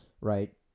right